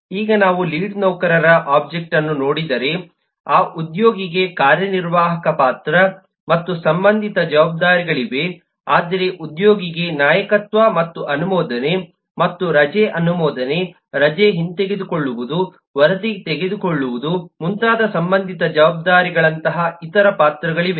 ಈಗ ನಾವು ಲೀಡ್ ನೌಕರರ ಒಬ್ಜೆಕ್ಟ್ ಅನ್ನು ನೋಡಿದರೆ ಆ ಉದ್ಯೋಗಿಗೆ ಕಾರ್ಯನಿರ್ವಾಹಕ ಪಾತ್ರ ಮತ್ತು ಸಂಬಂಧಿತ ಜವಾಬ್ದಾರಿಗಳಿವೆ ಆದರೆ ಉದ್ಯೋಗಿಗೆ ನಾಯಕತ್ವ ಮತ್ತು ಅನುಮೋದನೆ ಮತ್ತು ರಜೆ ಅನುಮೋದನೆ ರಜೆ ಹಿಂತೆಗೆದುಕೊಳ್ಳುವುದು ವರದಿ ತೆಗೆದುಕೊಳ್ಳುವುದು ಮುಂತಾದ ಸಂಬಂಧಿತ ಜವಾಬ್ದಾರಿಗಳಂತಹ ಇತರ ಪಾತ್ರಗಳಿವೆ